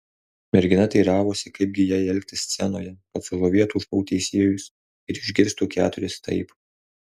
mergina teiravosi kaip gi jai elgtis scenoje kad sužavėtų šou teisėjus ir išgirstų keturis taip